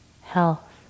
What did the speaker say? health